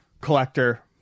collector